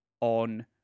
on